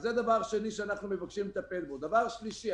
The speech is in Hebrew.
זה דבר שני שאנחנו מבקשים לטפל בו; דבר שלישי: